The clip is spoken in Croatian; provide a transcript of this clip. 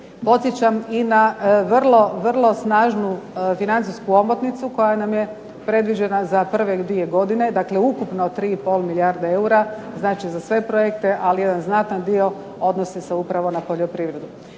Podsjećam i na vrlo, vrlo snažnu financijsku omotnicu koja nam je predviđena za prve 2 godine, dakle ukupno 3,5 milijarde eura znači za sve projekte, ali jedan znatan dio odnosi se upravo na poljoprivredu.